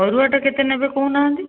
ଅରୁଆଟା କେତେ ନେବେ କହୁନାହାନ୍ତି